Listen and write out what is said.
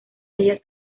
ellas